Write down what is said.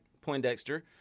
Poindexter